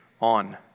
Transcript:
on